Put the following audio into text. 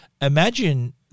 imagine